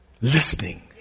Listening